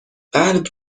قلب